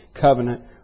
covenant